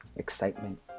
excitement